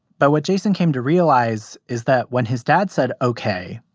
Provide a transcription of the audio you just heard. but what jason came to realize is that when his dad said ok,